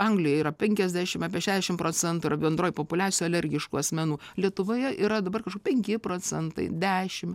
anglijoje yra penkiasdešimt apie šešiasdešimt procentų yra bendroj populiacijoj alergiškų asmenų lietuvoje yra dabar penki procentai dešimt